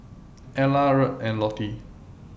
Ela Rhett and Lottie